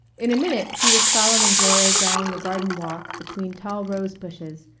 in a minute he was following gloria down a garden-walk between tall rose-bushes,